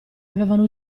avevano